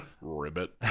Ribbit